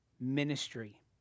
ministry